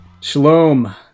Shalom